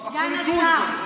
לא, הם בחרו ליכוד.